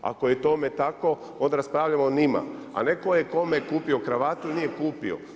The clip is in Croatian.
Ako je tome tako, onda raspravljamo o njima, a ne tko je kome kupio kravatu ili nije kupio.